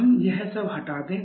हम यह सब हटा दें